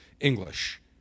English